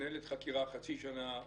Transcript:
מתנהלת חקירה חצי שנה,